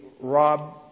rob